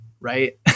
right